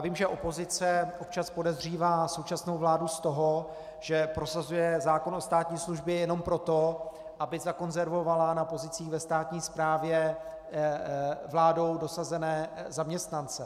Vím, že opozice občas podezřívá současnou vládu z toho, že prosazuje zákon o státní službě jenom proto, aby zakonzervovala na pozicích ve státní správě vládou dosazené zaměstnance.